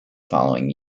following